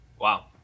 Wow